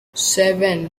seven